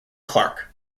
clark